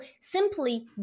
simply